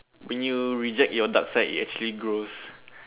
when you reject your dark side it actually grows